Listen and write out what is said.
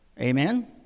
amen